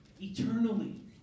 eternally